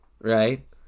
right